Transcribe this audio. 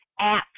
apps